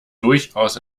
durchaus